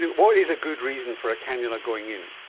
what is a good reason for a cannula going in?